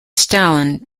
stalin